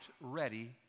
ready